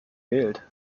wählt